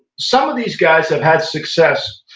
some of these guys have had success